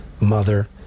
mother